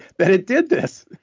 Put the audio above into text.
that it did this.